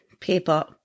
People